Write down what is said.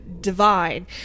Divine